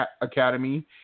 Academy